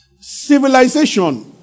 Civilization